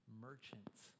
merchants